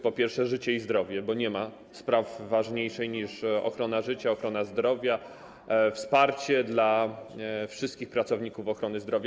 Po pierwsze, życie i zdrowie, bo nie ma sprawy ważniejszej niż ochrona życia, ochrona zdrowia, wsparcie dla wszystkich pracowników ochrony zdrowia.